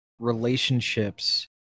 relationships